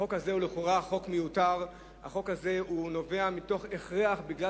החוק הזה הוא לכאורה חוק מיותר,